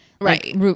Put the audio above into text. Right